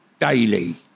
daily